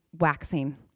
waxing